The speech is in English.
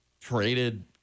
traded